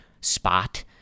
spot